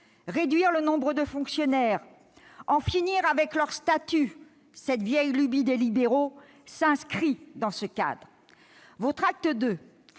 Réduire le nombre de fonctionnaires et en finir avec leur statut, cette vieille lubie des libéraux, s'inscrit dans ce cadre. Votre acte